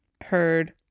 heard